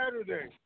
Saturday